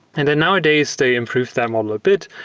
and then nowadays, they improved that model a bit.